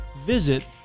visit